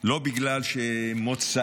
לא בגלל מוצאי,